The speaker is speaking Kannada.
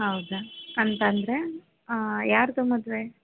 ಹೌದಾ ಅಂತಂದರೆ ಆಂ ಯಾರದ್ದು ಮದುವೆ